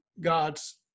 God's